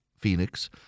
Phoenix